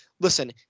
Listen